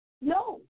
No